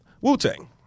Wu-Tang